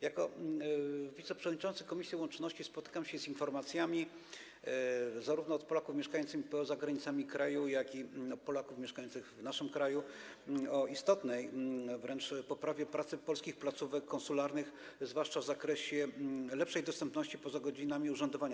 Jako wiceprzewodniczący komisji łączności spotykam się z informacjami, zarówno od Polaków mieszkających poza granicami kraju, jak i od Polaków mieszkających w naszym kraju, o istotnej wręcz poprawie pracy polskich placówek konsularnych, zwłaszcza w zakresie lepszej dostępności poza godzinami urzędowania.